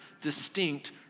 distinct